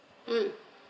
mm